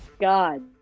God